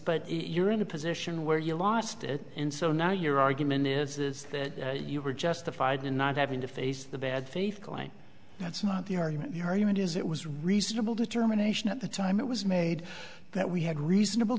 but you're in a position where you lost it and so now your argument is that you were justified in not having to face the bad faith line that's not the argument your argument is it was reasonable determination at the time it was made that we had reasonable